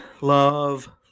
love